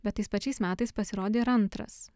bet tais pačiais metais pasirodė ir antras